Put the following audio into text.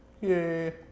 Yay